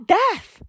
death